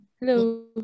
hello